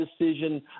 decision